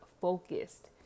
focused